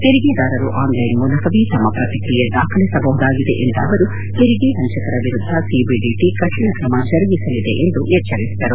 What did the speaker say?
ತೆರಿಗೆದಾರರು ಆನ್ಲೈನ್ ಮೂಲಕವೇ ತಮ್ನ ಪ್ರಹ್ರಿಯೆ ದಾಖಲಿಸಬಹುದಾಗಿದೆ ಎಂದ ಅವರು ತೆರಿಗೆ ವಂಚಕರ ವಿರುದ್ದ ಸಿಬಿಡಿಟಿ ಕಠಿಣ ಕ್ರಮ ಜರುಗಿಸಲಿದೆ ಎಂದು ಎಚ್ವರಿಸಿದರು